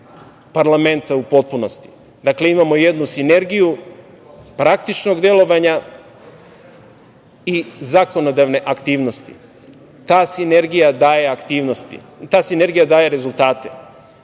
parlamenta u potpunosti. Dakle, imamo jednu sinergiju, praktičnog delovanja i zakonodavne aktivnosti. Ta sinergija daje rezultate. Što se tiče Vlade,